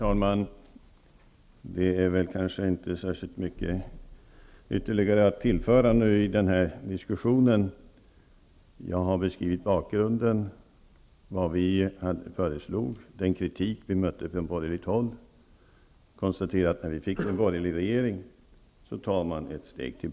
Herr talman! Det finns inte så mycket ytterligare att tillföra i denna diskussion. Jag har beskrivit bakgrunden, vad vi föreslog och den kritik vi mötte från borgerligt håll. Jag konstaterar att när vi fick en borgerlig regering, togs ett steg bakåt.